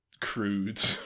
crude